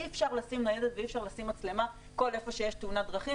אי אפשר לשים ניידת ואי אפשר לשים מצלמה כל איפה שיש תאונת דרכים